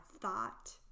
thought